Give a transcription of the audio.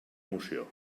moció